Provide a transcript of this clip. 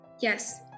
Yes